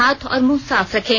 हाथ और मुंह साफ रखें